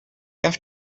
have